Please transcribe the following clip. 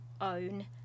own